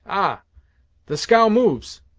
ah the scow moves!